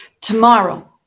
Tomorrow